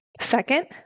Second